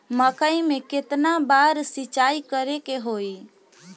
मकई में केतना बार सिंचाई करे के होई?